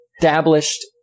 established